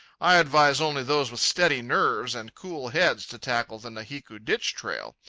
i advise only those with steady nerves and cool heads to tackle the nahiku ditch trail.